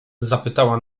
zapytała